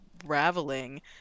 unraveling